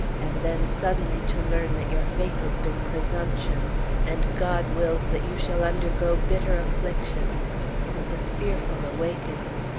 and then suddenly to learn that your faith has been presumption and god wills that you shall undergo bitter affliction it is a fearful awakening!